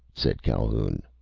said calhoun,